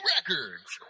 Records